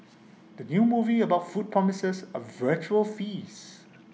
the new movie about food promises A vitual feast